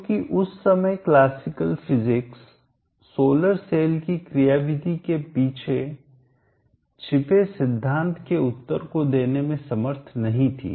क्योंकि उस समय क्लासिकल फिजिक्स सोलर सेल की क्रिया विधि के पीछे छिपे सिद्धांत के उत्तर को देने में समर्थ नहीं थी